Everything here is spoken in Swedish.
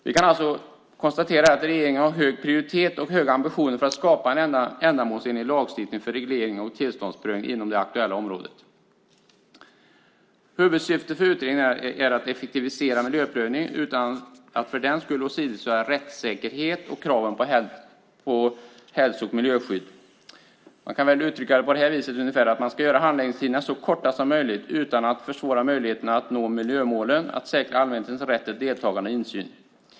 Vi kan alltså konstatera att regeringen har hög prioritet och höga ambitioner för att skapa en ändamålsenlig lagstiftning för reglering och tillståndsprövning inom det aktuella området. Huvudsyftet för utredningen är att effektivisera miljöprövningen utan att för den skull åsidosätta rättssäkerhet och kraven på hälso och miljöskydd. Man kan uttrycka det som att man ska göra handläggningstiderna så korta som möjligt utan att försvåra möjligheterna att nå miljömålen och att man ska säkra allmänhetens rätt till deltagande och insyn.